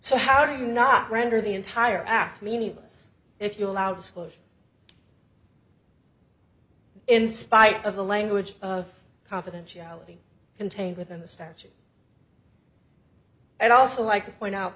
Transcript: so how do you not render the entire act meaningless if you allow disclosure in spite of the language of confidentiality contained within the statute i'd also like to point out